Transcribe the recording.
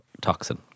toxin